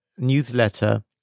newsletter